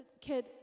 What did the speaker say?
kid